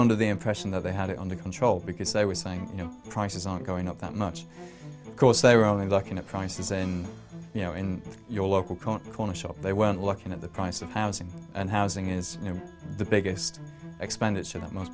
under the impression that they had it under control because they were saying you know prices aren't going up that much because they were only looking at prices and you know in your local can't corner shop they went looking at the price of housing and housing is you know the biggest expenditure that most